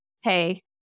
hey